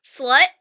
Slut